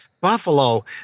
Buffalo